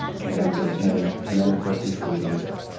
congratulations and and entered berklee school of music,